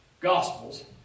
Gospels